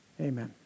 Amen